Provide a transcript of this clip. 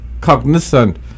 cognizant